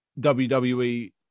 WWE